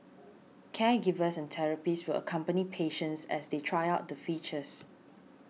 caregivers and therapists will accompany patients as they try out the features